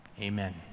Amen